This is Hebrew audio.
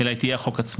אלא היא תהיה החוק עצמו.